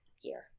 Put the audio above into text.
year